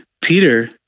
Peter